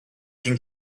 can